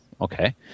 okay